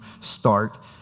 start